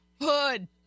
hood